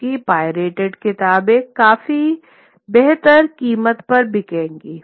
क्योंकि पायरेटेड किताबें काफी बेहतर कीमत पर बिकेंगी